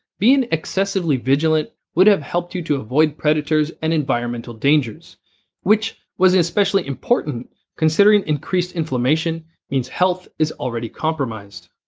being excessively vigilant would have helped you to avoid predators and environmental dangers which was especially important considering increased inflammation means health is already compromised.